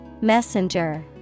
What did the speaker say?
Messenger